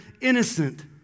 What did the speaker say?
innocent